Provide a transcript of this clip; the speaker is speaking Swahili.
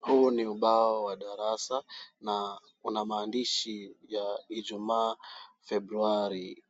Huu ni ubao wa darasa na una maandishi ya ijumaa Februari